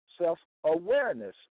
self-awareness